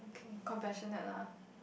O K compassionate ah